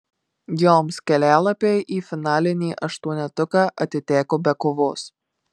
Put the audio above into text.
joms kelialapiai į finalinį aštuonetuką atiteko be kovos